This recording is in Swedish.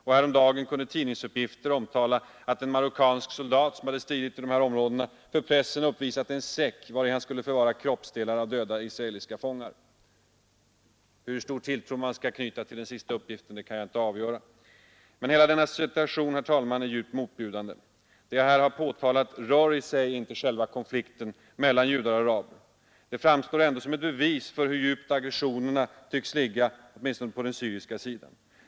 Och häromdagen kunde tidningsuppgifter omtala att en marockansk soldat, som hade stridit i de här områdena, för pressen uppvisat en säck, vari han skulle förvara kroppsdelar av döda israeliska fångar. Hur stor tilltro man skall knyta till den uppgiften kan jag inte avgöra. Hela den här situationen, herr talman, är djupt motbjudande. Det jag här har påtalat rör i sig inte själva konflikten mellan judar och araber, men det framstår ändå som ett bevis för hur djupt aggressionerna tycks ligga åtminstone på den syriska sidan.